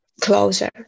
closer